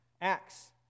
Acts